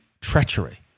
treachery